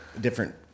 different